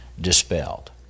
dispelled